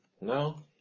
No